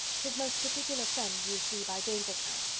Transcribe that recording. his most particular friend, you see by jane's account,